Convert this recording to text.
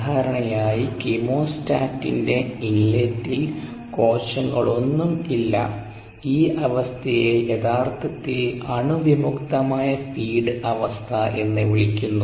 സാധാരണയായി കീമോസ്റ്റാറ്റിന്റെ ഇൻലേറ്റിൽ കോശങ്ങളൊന്നും ഇല്ല ഈ അവസ്ഥയെ യഥാർത്ഥത്തിൽ അണുവിമുക്തമായ ഫീഡ് അവസ്ഥ എന്ന് വിളിക്കുന്നു